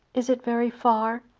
is it very far?